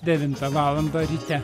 devintą valandą ryte